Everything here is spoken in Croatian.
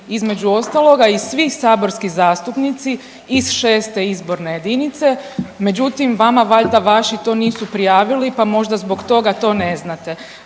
između ostaloga i svi saborski zastupnici iz 6. izborne jedinice, međutim, vama valjda vaši to nisu prijavili pa možda zbog toga to ne znate.